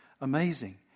amazing